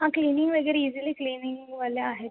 हां क्लिनिंग वगैरे इजिली क्लिनिंगवाल्या आहेत